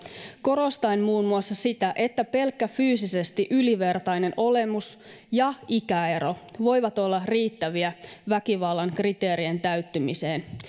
korostaen muun muassa sitä että pelkkä fyysisesti ylivertainen olemus ja ikäero voivat olla riittäviä väkivallan kriteerien täyttymiseen